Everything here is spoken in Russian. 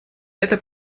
эта